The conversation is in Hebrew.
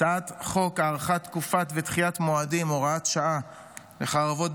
הצעת חוק הארכת תקופת ודחיית מועדים (הוראת שעה,